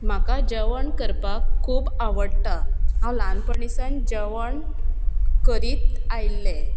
म्हाका जेवण करपाक खूब आवडटा हांव ल्हानपणीसान जेवण करीत आयिल्लें